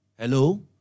Hello